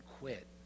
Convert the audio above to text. quit